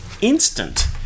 instant